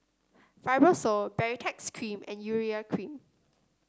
Fibrosol Baritex Cream and Urea Cream